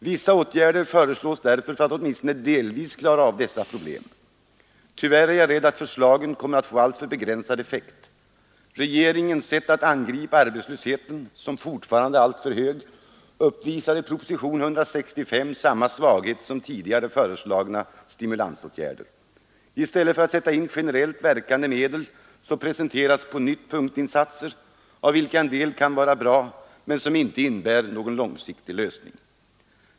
Vissa åtgärder föreslås för att åtminstone delvis klara av dessa problem. Tyvärr är jag rädd för att förslagen kommer att få alltför begränsad effekt. Regeringens sätt att angripa arbetslösheten, som fortfarande är alltför hög, uppvisar i propositionen 165 samma svaghet som tidigare föreslagna stimulansåtgärder. I stället för att sätta in generellt verkande medel presenterar man på nytt punktinsatser, som till en del kan vara bra men som inte innebär någon långsiktig lösning.